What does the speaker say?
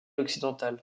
occidental